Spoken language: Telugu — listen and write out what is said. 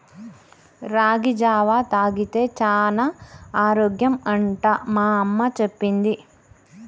రాగి జావా తాగితే చానా ఆరోగ్యం అంట మా అమ్మ చెప్పింది